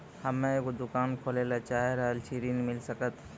हम्मे एगो दुकान खोले ला चाही रहल छी ऋण मिल सकत?